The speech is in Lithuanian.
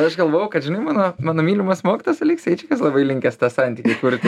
aš galvojau kad žinai mano mano mylimas mokytojas alekseičikas labai linkęs tą santykį kurti